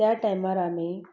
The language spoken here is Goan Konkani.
त्या टायमार आमी